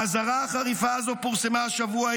האזהרה החריפה הזו פורסמה השבוע,